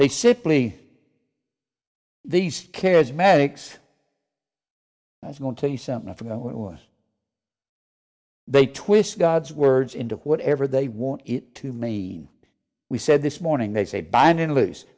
they simply these charismatics that's going to tell you something from what was they twist god's words into whatever they want it to mean we said this morning they say bind and loose